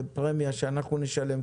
בפרמיה שאנחנו נשלם,